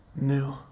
new